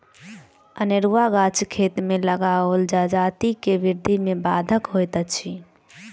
अनेरूआ गाछ खेत मे लगाओल जजाति के वृद्धि मे बाधक होइत अछि